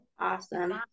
Awesome